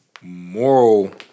moral